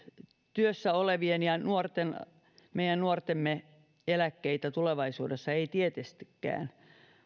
työssä olevien ja meidän nuortemme eläkkeitä tulevaisuudessa ei tietystikään